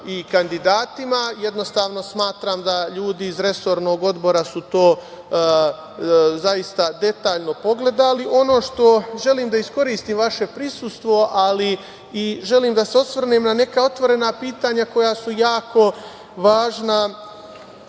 i kandidatima. Jednostavno, smatram da ljudi iz resornog odbora su to zaista detaljno pogledali. Želim da iskoristim vaše prisustvo, ali i želim da se osvrnem na neka otvorena pitanja koja su jako važna